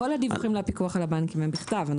כל הדיווחים לפיקוח על הבנקים הם בכתב.